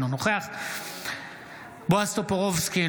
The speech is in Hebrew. אינו נוכח בועז טופורובסקי,